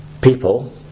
people